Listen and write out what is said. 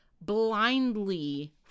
blindly